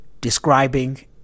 describing